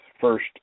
first